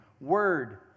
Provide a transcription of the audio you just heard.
word